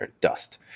dust